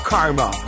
Karma